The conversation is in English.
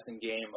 game